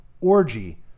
Orgy